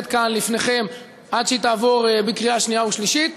כאן לפניכם עד שהיא תעבור בקריאה שנייה ושלישית.